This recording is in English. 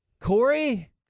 Corey